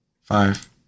Five